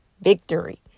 victory